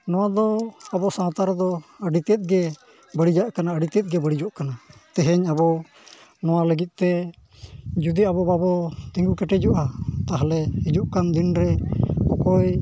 ᱱᱚᱣᱟ ᱫᱚ ᱟᱵᱚ ᱥᱟᱶᱛᱟ ᱨᱮᱫᱚ ᱟᱹᱰᱤᱛᱮᱫ ᱜᱮ ᱵᱟᱹᱲᱤᱡᱟᱜ ᱠᱟᱱᱟ ᱟᱹᱰᱤᱛᱮᱫ ᱜᱮ ᱵᱟᱹᱲᱤᱡᱚᱜ ᱠᱟᱱᱟ ᱛᱮᱦᱮᱧ ᱟᱵᱚ ᱱᱚᱣᱟ ᱞᱟᱹᱜᱤᱫᱼᱛᱮ ᱡᱩᱫᱤ ᱟᱵᱚ ᱵᱟᱵᱚ ᱛᱤᱸᱜᱩ ᱠᱮᱴᱮᱡᱚᱜᱼᱟ ᱛᱟᱦᱚᱞᱮ ᱦᱤᱡᱩᱜ ᱠᱟᱱ ᱫᱤᱱ ᱨᱮ ᱚᱠᱚᱭ